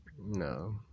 no